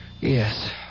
Yes